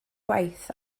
gwaith